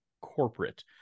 corporate